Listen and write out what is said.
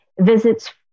visits